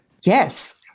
Yes